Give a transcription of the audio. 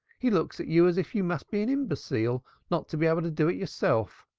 he looks at you as if you must be an imbecile not to be able to do it yourself.